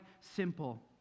simple